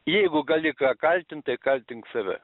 jeigu gali ką kaltint tai kaltink save